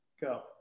go